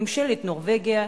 ממשלת נורבגיה,